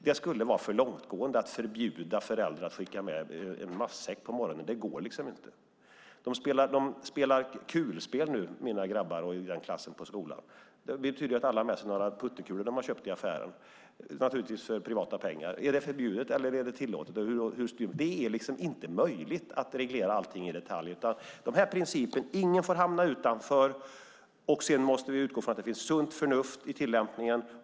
Det skulle vara för långtgående att förbjuda föräldrar att skicka med en matsäck på morgonen. Det går liksom inte. I mina grabbars klass spelar man nu kulspel. Det betyder att alla har med sig några puttekulor de har köpt i affären, naturligtvis för privata pengar. Är det förbjudet eller är det tillåtet? Det är inte möjligt att reglera allting i detalj. Principen är att ingen får hamna utanför. Sedan måste vi utgå från att det finns sunt förnuft i tillämpningen.